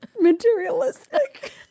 materialistic